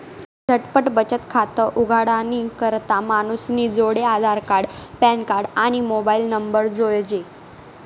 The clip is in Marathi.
झटपट बचत खातं उघाडानी करता मानूसनी जोडे आधारकार्ड, पॅनकार्ड, आणि मोबाईल नंबर जोइजे